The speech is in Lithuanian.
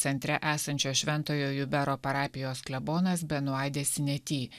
centre esančio šventojo jubero parapijos klebonas benuade sineti